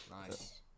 Nice